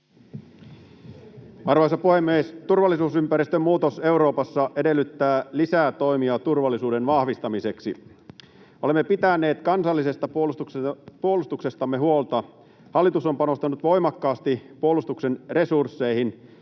Arvoisa puhemies! Turvallisuusympäristön muutos Euroopassa edellyttää lisää toimia turvallisuuden vahvistamiseksi. Me olemme pitäneet kansallisesta puolustuksestamme huolta. Hallitus on panostanut voimakkaasti puolustuksen resursseihin.